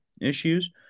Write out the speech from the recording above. issues